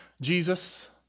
Jesus